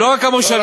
לא רק המושבים.